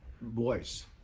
voice